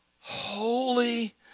Holy